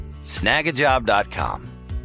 Snagajob.com